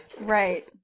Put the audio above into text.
Right